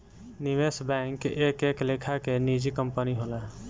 निवेश बैंक एक एक लेखा के निजी कंपनी होला